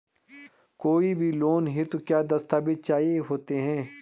कोई भी लोन हेतु क्या दस्तावेज़ चाहिए होते हैं?